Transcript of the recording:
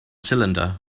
cylinder